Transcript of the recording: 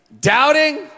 doubting